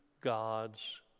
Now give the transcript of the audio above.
God's